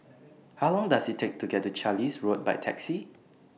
How Long Does IT Take to get to Carlisle Road By Taxi